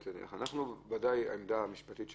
ודאי העמדה המשפטית שלנו,